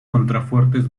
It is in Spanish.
contrafuertes